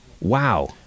Wow